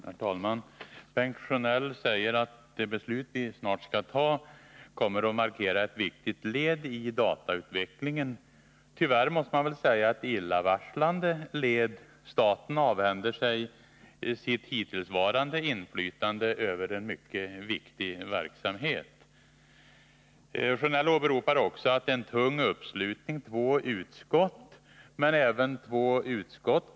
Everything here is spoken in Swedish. Herr talman! Bengt Sjönell säger att det beslut vi snart skall fatta kommer att markera ett viktigt led i datautvecklingen. Tyvärr måste man väl säga ett illavarslande led. Staten avhänder sig sitt hittillsvarande inflytande över en mycket viktig verksamhet. Bengt Sjönell åberopar att det är en tung uppslutning, två utskott, kring den linje han själv företräder.